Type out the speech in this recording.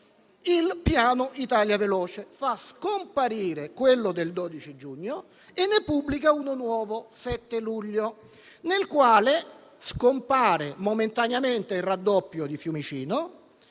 il piano Italia veloce, facendo scomparire quello del 12 giugno e pubblicandone uno nuovo datato 7 luglio, nel quale scompare momentaneamente il raddoppio di Fiumicino;